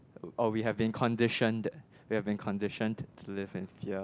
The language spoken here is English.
or we have been conditioned the or we have been conditioned to live in fear